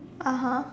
(uh huh)